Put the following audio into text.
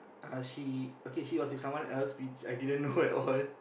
uh she okay she was with someone else which I didn't know at all